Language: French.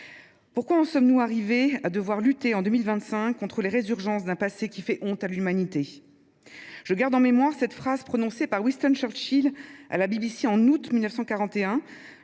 Comment en sommes nous arrivés à devoir lutter, en 2025, contre les résurgences d’un passé qui fait honte à l’humanité ? Je garde en mémoire cette phrase prononcée par Winston Churchill à la BBC, en août 1941,